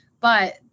But-